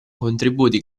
contributi